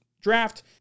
draft